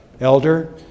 elder